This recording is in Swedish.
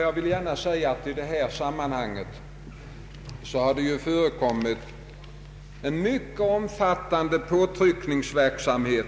Jag vill gärna framhålla att det har förekommit en mycket omfattande påtryckningsverksamhet